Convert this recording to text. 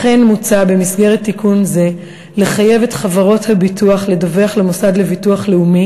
לכן מוצע במסגרת תיקון זה לחייב את חברות הביטוח לדווח למוסד לביטוח לאומי